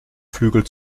flügel